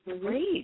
Great